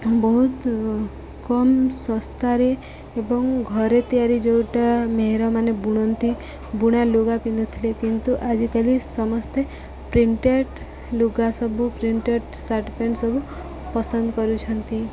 ବହୁତ କମ୍ ଶସ୍ତାରେ ଏବଂ ଘରେ ତିଆରି ଯୋଉଟା ମେହେରମାନେ ବୁଣନ୍ତି ବୁଣା ଲୁଗା ପିନ୍ଧିଥିଲେ କିନ୍ତୁ ଆଜିକାଲି ସମସ୍ତେ ପ୍ରିଣ୍ଟେଡ଼୍ ଲୁଗା ସବୁ ପ୍ରିଣ୍ଟେଡ଼୍ ସାର୍ଟ ପ୍ୟାଣ୍ଟ ସବୁ ପସନ୍ଦ କରୁଛନ୍ତି